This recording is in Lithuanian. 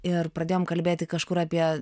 ir pradėjom kalbėti kažkur apie